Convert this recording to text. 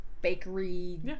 bakery